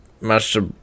Master